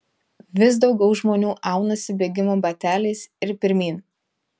vis daugiau žmonių aunasi bėgimo bateliais ir pirmyn